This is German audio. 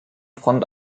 front